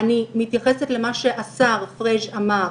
אני מתייחסת למה שהשר פריג' אמר.